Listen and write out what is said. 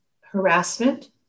harassment